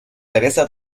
teresa